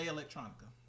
Electronica